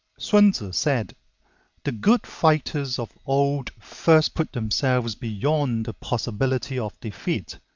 sun tzu said the good fighters of old first put themselves beyond the possibility of defeat,